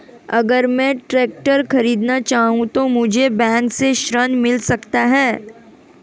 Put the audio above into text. अगर मैं ट्रैक्टर खरीदना चाहूं तो मुझे बैंक से ऋण मिल सकता है?